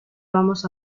vamos